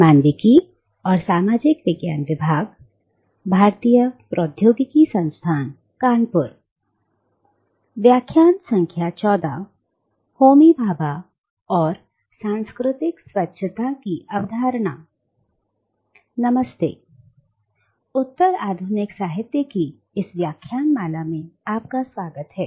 नमस्ते और उत्तर आधुनिक साहित्य की इस व्याख्यानमाला में आपका स्वागत है